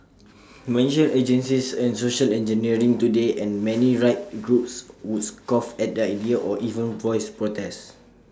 mention eugenics and social engineering today and many rights groups would scoff at the idea or even voice protest